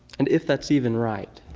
and if that's even right.